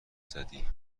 زدی